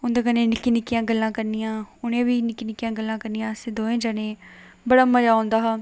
उं'दे कन्नै निक्की निक्की गल्लां करनियां उ'नें बी निक्कियां निक्कियां गल्ला करनियां असें द'वें जनें बड़ा मजा औंदा हा